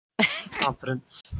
confidence